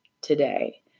today